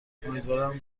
امیدوارم